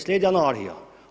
Slijedi anarhija.